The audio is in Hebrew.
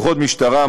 כוחות משטרה,